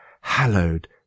Hallowed